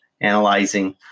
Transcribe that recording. Analyzing